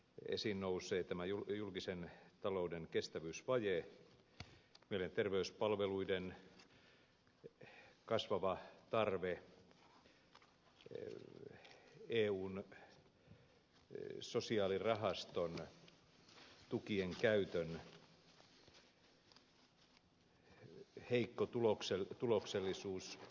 esiin nousee julkisen talouden kestävyysvaje mielenterveyspalveluiden kasvava tarve eun sosiaalirahaston tukien käytön heikko tuloksellisuus